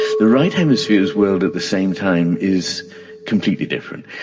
the right hemisphere's world, at the same time is completely different.